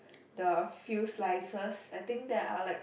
the few slices I think there are like